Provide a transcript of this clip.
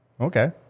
okay